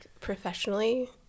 professionally